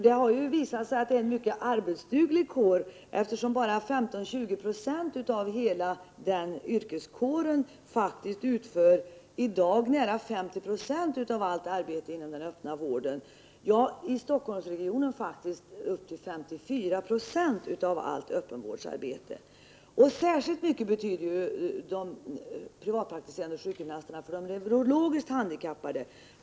Det har nämligen visat sig att det är en mycket arbetsduglig kår eftersom 15-20 90 av denna yrkeskår utför nästan 50 90 av allt arbete inom den öppna vården — ja, i Stockholmsregionen faktiskt upp till 54 90 av allt öppenvårdsarbete. Särskilt mycket betyder de privatpraktiserande sjukgymnasterna för de neurologiskt handikappade.